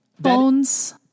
bones